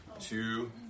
two